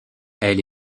elle